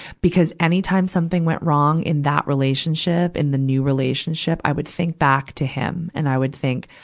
because anytime something went wrong in that relationship, in the new relationship, i would think back to him and i would think,